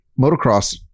motocross